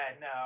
no